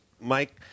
Mike